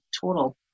total